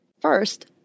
First